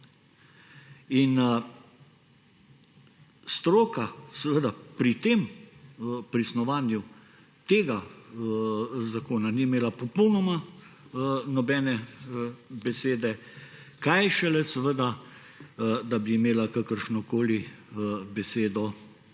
Stroka pri snovanju tega zakona ni imela popolnoma nobene besede, kaj šele, da bi imela kakršno koli besedo javnost.